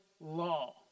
law